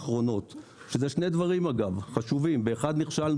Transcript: האחרונות - ואלה שני דברים חשובים כאשר בינתיים באחד נכשלנו